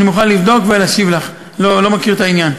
אני מוכן לבדוק ולהשיב לך, לא מכיר את העניין.